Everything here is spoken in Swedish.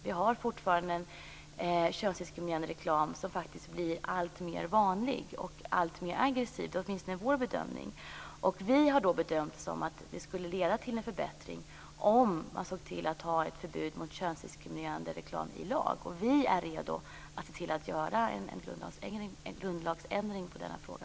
Vi har fortfarande en könsdiskriminerande reklam som faktiskt blir alltmer vanlig och alltmer aggressiv. Det är åtminstone vår bedömning. Vi har bedömt att det skulle leda till en förbättring om man såg till att ha ett förbud mot könsdiskriminerande reklam i lag. Och vi är redo att se till att göra en grundlagsändring i denna fråga.